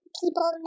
people